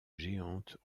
géante